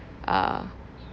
uh